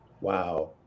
Wow